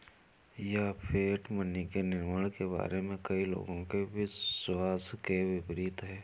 यह fiat money के निर्माण के बारे में कई लोगों के विश्वास के विपरीत है